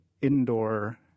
indoor